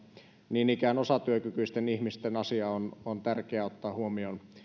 niin ikään osatyökykyisten ihmisten asia on on tärkeä ottaa huomioon